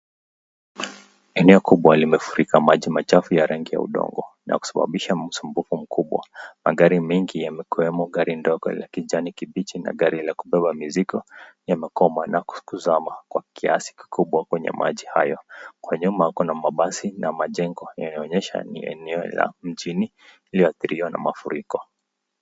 Eneo kubwa limefurika maji machafu ya rangi ya udongo na kusababisha msumbufu mkubwa. Magari mingi ikiwemo gari ya kijani kibichi ya la kubeba mizigo yamekwama na kuzama kwa kiasi kikubwa kwenye maji hayo. Kwa nyuma, kuna mabasi na majengo yanayoonyesha ni eneo la mjini iliyoathiriwa na mafuriko.